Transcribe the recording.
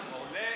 א.